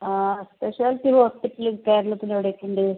speciality hospital കേരളത്തിൽ എവിടെ ഒക്കെ ഉണ്ട്